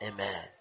Amen